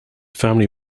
family